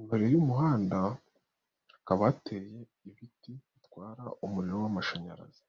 imbere y'umuhanda hakaba hateye ibiti bitwara umuriro w'amashanyarazi.